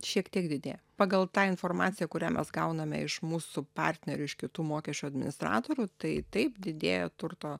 šiek tiek didėja pagal tą informaciją kurią mes gauname iš mūsų partnerių iš kitų mokesčių administratorių tai taip didėja turto